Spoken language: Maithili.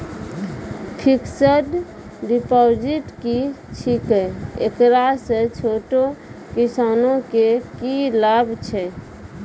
फिक्स्ड डिपॉजिट की छिकै, एकरा से छोटो किसानों के की लाभ छै?